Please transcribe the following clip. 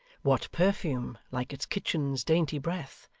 what perfume like its kitchen's dainty breath,